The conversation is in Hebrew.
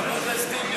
חבר הכנסת טיבי,